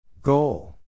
Goal